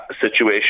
situation